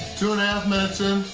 two and and minutes in,